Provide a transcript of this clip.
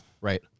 Right